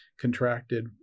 contracted